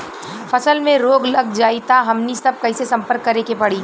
फसल में रोग लग जाई त हमनी सब कैसे संपर्क करें के पड़ी?